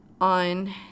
on